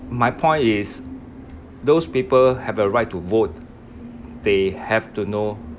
my point is those people have a right to vote they have to know